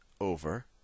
over